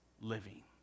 living